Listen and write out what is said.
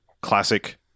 classic